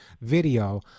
video